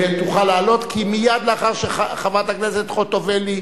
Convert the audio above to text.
תוכל לעלות, כי מייד לאחר שחברת הכנסת חוטובלי,